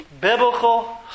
Biblical